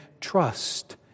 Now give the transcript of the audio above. trust